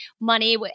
money